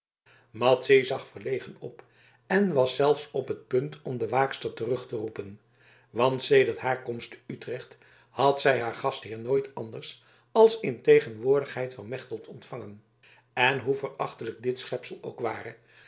madzy zag verlegen op en was zelfs op het punt om de waakster terug te roepen want sedert haar komst te utrecht had zij haar gastheer nooit anders als in tegenwoordigheid van mechtelt ontvangen en hoe verachtelijk dit schepsel ook ware